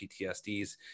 PTSDs